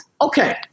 Okay